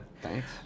Thanks